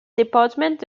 department